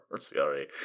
Sorry